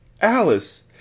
Alice